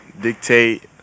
dictate